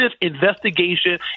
investigation